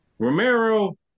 Romero